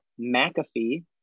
McAfee